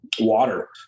water